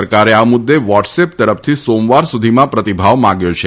સરકારે આ મુદ્દે વોટ્સએપ તરફથી સોમવાર સુધીમાં પ્રતિભાવ માગ્યો છે